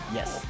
Yes